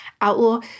outlaw